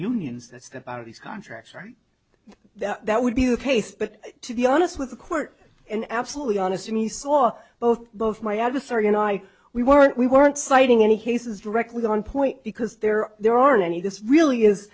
unions that step out of these contracts that would be the case but to be honest with the court and absolutely honestly saw both both my adversary and i we weren't we weren't citing any cases directly on point because there are there aren't any this really is